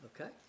okay